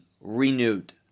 renewed